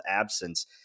absence